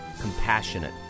compassionate